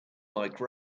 like